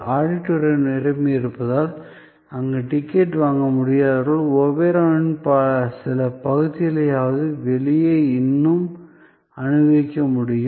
auditorium நிரம்பியிருப்பதால் அங்கு ticket வாங்க முடியாதவர்களுக்கு ஓபராவின் சில பகுதிகளையாவது வெளியே இன்னும் அனுபவிக்க முடியும்